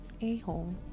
a-hole